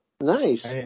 Nice